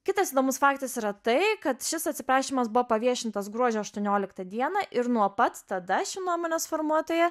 kitas įdomus faktas yra tai kad šis atsiprašymas buvo paviešintas gruodžio aštuonioliktą dieną ir nuo pat tada ši nuomonės formuotoja